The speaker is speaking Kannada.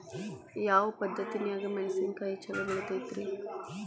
ಯಾವ ಪದ್ಧತಿನ್ಯಾಗ ಮೆಣಿಸಿನಕಾಯಿ ಛಲೋ ಬೆಳಿತೈತ್ರೇ?